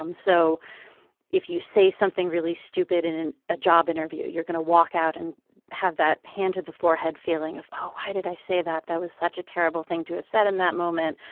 um so if you say something really stupid in in a job interview, you're going to walk out and have that hand-to-the-forehead feeling of, oh, why did i say that? that was such a terrible thing to have said in that moment.